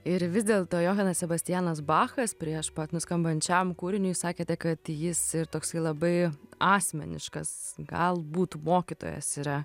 ir vis dėlto johanas sebastianas bachas prieš pat nuskambant šiam kūriniui jūs sakėte kad jis ir toksai labai asmeniškas galbūt mokytojas yra